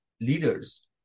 leaders